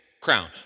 crown